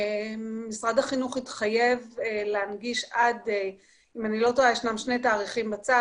משרד החינוך התחייב להנגיש עד שני תאריכים בצו,